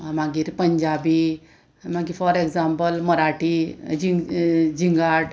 मागीर पंजाबी मागीर for example Marathi जिंग जिंगाट